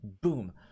boom